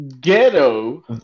ghetto